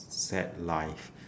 sad life